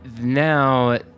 now